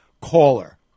Caller